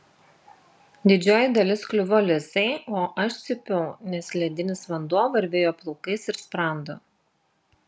didžioji dalis kliuvo lisai o aš cypiau nes ledinis vanduo varvėjo plaukais ir sprandu